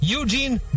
Eugene